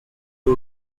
two